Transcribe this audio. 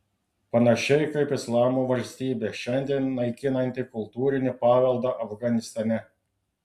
panašiai kaip islamo valstybė šiandien naikinanti kultūrinį paveldą afganistane